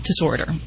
disorder